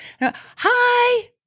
Hi